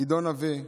גדעון נוה,